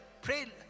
pray